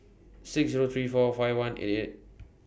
six Zero three four five one